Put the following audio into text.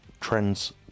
trends